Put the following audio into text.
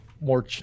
more